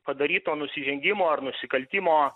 padaryto nusižengimo ar nusikaltimo